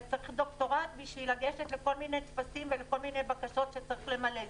וצריך דוקטורט בשביל לגשת לכל מיני טפסים ולכל מיני בקשות שצריך למלא.